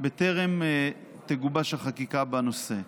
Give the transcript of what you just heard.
בטרם תגובש החקיקה בנושא.